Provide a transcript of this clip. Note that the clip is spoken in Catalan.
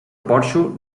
porxo